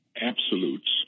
absolutes